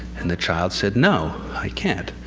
and the child said, no, i can't.